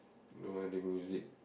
no other music